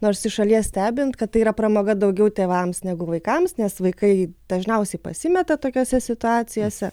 nors iš šalies stebint kad tai yra pramoga daugiau tėvams negu vaikams nes vaikai dažniausiai pasimeta tokiose situacijose